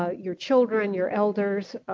ah your children, your elders,